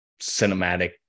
cinematic